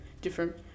different